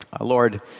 Lord